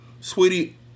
Sweetie